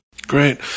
Great